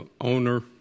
owner